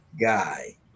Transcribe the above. Guy